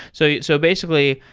so so basically,